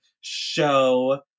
show